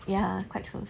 ya quite close